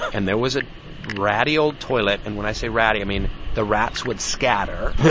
and there was a ratty old toilet. and when i say ratty, i mean the rats would scatter.